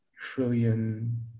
trillion